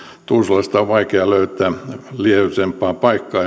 tuusulasta on vaikea löytää liejuisempaa paikkaa